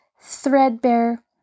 threadbare